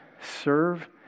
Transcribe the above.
serve